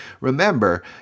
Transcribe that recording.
Remember